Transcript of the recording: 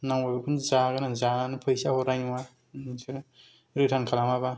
नांगौबा बेखौनो जागोना आं जानानै फैसा हरनाय नङा नोंसोरो रिटार्न खालामाबा